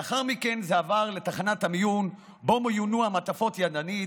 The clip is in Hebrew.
לאחר מכן זה עבר לתחנת המיון שבה מוינו המעטפות ידנית,